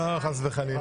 לא, חס וחלילה.